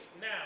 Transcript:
now